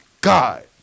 God